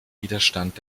widerstand